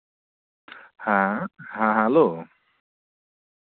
ᱦᱮᱸ ᱦᱮᱸ ᱦᱮᱞᱳ